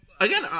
again